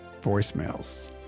voicemails